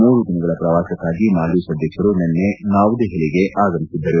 ಮೂರು ದಿನಗಳ ಪ್ರವಾಸಕ್ಕಾಗಿ ಮಾಲ್ಡೀವ್ಸ್ ಅಧ್ಯಕ್ಷರು ನಿನ್ನೆ ನವದೆಹಲಿಗೆ ಆಗಮಿಸಿದ್ದರು